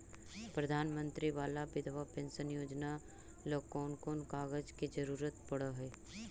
प्रधानमंत्री बाला बिधवा पेंसन योजना ल कोन कोन कागज के जरुरत पड़ है?